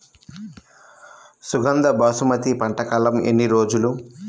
సుగంధ బాసుమతి పంట కాలం ఎన్ని రోజులు?